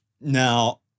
Now